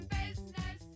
business